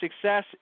success